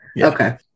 okay